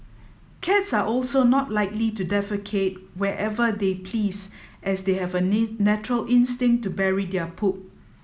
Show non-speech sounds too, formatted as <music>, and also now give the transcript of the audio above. cats are also not likely to defecate wherever they please as they have a <unintelligible> natural instinct to bury their poop